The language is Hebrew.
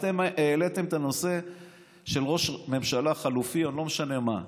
אתם העליתם את הנושא של ראש ממשלה חליפי או לא משנה מה.